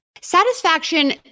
Satisfaction